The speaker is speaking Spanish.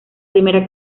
primera